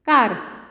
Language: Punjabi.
ਘਰ